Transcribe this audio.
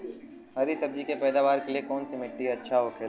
हरी सब्जी के पैदावार के लिए कौन सी मिट्टी अच्छा होखेला?